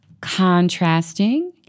contrasting